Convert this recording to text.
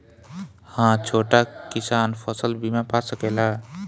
हा छोटा किसान फसल बीमा पा सकेला?